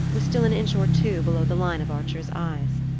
was still an inch or two below the line of archer's eyes.